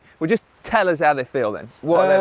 well just tell us how they feel then. well,